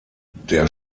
der